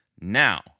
Now